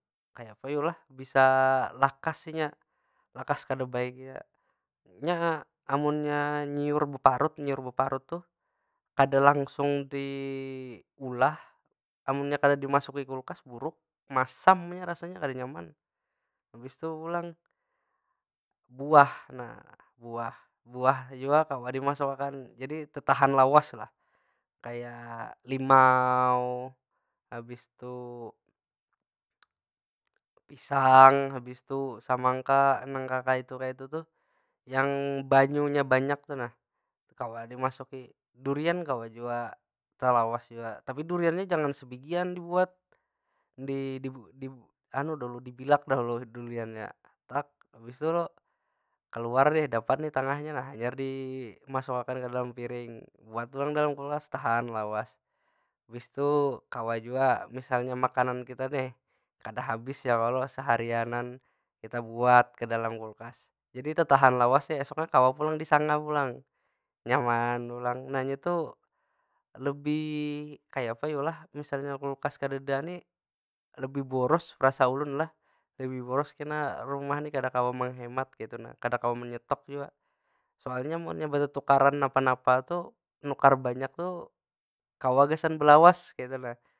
Kayapa yu lah? Bisa lakas inya, lakas kada baiknya. Inya amunnya nyiur beparut, nyiur beparut tuh kada langsung diulah, amunnya kada dimasuki kulkas buruk. Masam inya rasanya kada nyaman. Habis tu pulang buah, nah. Buah- buah jua kawa dimasuk akan. Jadi tetahan lawas lah. Kaya limau, habis tu pisang, habis tu samangka nang kakaytu- kaytu tuh yang banyunya banyak tu nah kawa dimasuki. Durian kawa jua, talawas jua. Tapi duriannya jangan sebijian dibuat, dibi dibi dibilak dahulu duriannya. Habis tu lo keluar nih, dapat nih tangahnya nih. Hanyar dimasuk akan ke dalam piring buat pulang dalam kulkas tahan lawas. Habis tu kawa jua misalnya makanan kita nih, kada habis ya kalo seharianan. Kita buat ke dalam kulkas, jadi tetahan lawasnya esoknya kawa pulang disanga pulang, nyaman pulang. Nah nya tu lebih, kaya pa yu lah? Misalnya kulkas kadeda nih, lebih boros perasa ulun lah. Lebih boros kena rumah nih, kada kawa menghemat kaytu nah, kada kawa menyetok jua. Soalnya munnya betetukaran napa- napa tu, nukar banyak tu kawa gasan belawas kaytu nah.